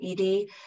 ED